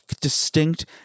distinct